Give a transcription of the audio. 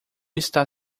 está